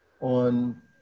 on